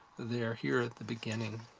they are here at the beginning.